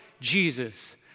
Jesus